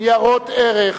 ניירות ערך,